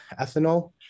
ethanol